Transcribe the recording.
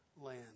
land